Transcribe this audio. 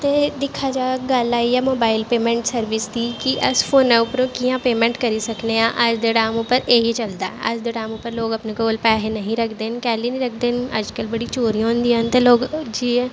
ते दिक्खेआ जाए गल्ल आई गेई मोबाइल पेमैंट सर्विस दी कि अस फोनै उप्परा कि'यां पेमैंट करी सकने आं अज्ज दे टैम उप्पर एही चलदा ऐ अज्ज दे टैम उप्पर लोग अपने कोल पैहे नेईं रखदे न कैह्ल्ली निं रखदे न अज्जकल बड़ियां चोरियां होंदियां न ते लोक जियां